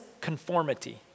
Conformity